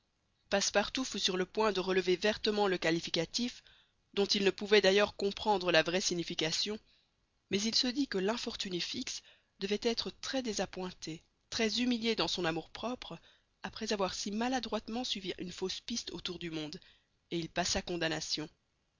passepartout fut sur le point de relever vertement le qualificatif dont il ne pouvait d'ailleurs comprendre la vraie signification mais il se dit que l'infortuné fix devait être très désappointé très humilié dans son amour-propre après avoir si maladroitement suivi une fausse piste autour du monde et il passa condamnation